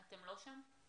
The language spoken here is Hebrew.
אתם לא שם?